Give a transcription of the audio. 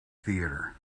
theatre